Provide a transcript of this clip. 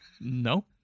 No